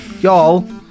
Y'all